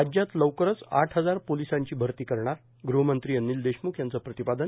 राज्यात लवकरच आठ हजार पोलिसांची भरती करणार गृहमंत्री अनिल देशमुख यांचं प्रतिपादन